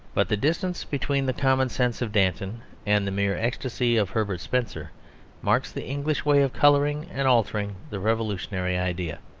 but the distance between the common sense of danton and the mere ecstasy of herbert spencer marks the english way of colouring and altering the revolutionary idea.